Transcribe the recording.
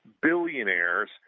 billionaires